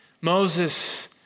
Moses